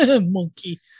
monkey